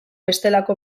bestelako